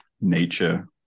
nature